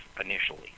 initially